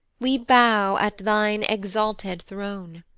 we bow at thine exalted throne.